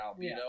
Albedo